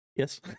Yes